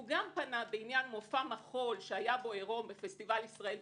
הוא גם פנה בעניין מופע מחול שהיה בו עירום בפסטיבל ישראל,